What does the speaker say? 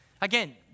Again